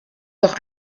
doch